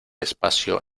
espacio